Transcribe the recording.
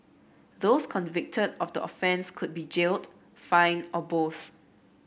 those convicted of the offence could be jailed fined or both